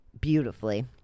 beautifully